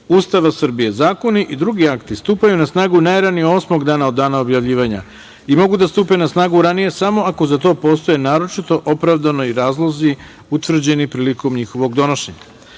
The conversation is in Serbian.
Srbije, zakoni i drugi akti stupaju na snagu najranije osmog dana od dana objavljivanja i mogu da stupe na snagu ranije samo ako za to postoje naročiti opravdani razlozi utvrđeni prilikom njihovog donošenja. Stavljam